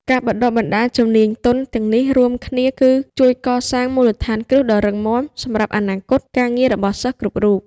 ការបណ្តុះបណ្តាលជំនាញទន់ទាំងនេះរួមគ្នាគឺជួយកសាងមូលដ្ឋានគ្រឹះដ៏រឹងមាំសម្រាប់អនាគតការងាររបស់សិស្សគ្រប់រូប។